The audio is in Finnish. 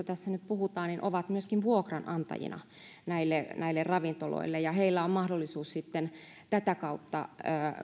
tässä nyt puhutaan ovat myöskin vuokranantajina näille näille ravintoloille heillä on mahdollisuus sitten tätä kautta